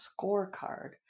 scorecard